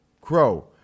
Crow